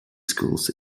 schools